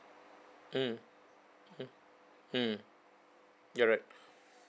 mm mm mm you're right